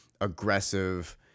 aggressive